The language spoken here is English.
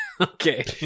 Okay